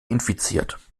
infiziert